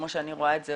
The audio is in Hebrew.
כמו שאני רואה את זה,